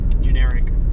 generic